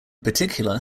particular